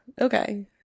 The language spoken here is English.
okay